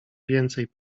więcej